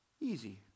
Easy